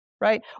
right